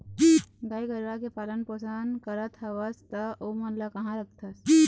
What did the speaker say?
गाय गरुवा के पालन पोसन करत हवस त ओमन ल काँहा रखथस?